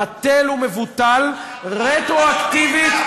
בטל ומבוטל רטרואקטיבית,